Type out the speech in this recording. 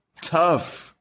Tough